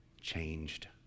changed